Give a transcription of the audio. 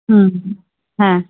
হুম হুম হ্যাঁ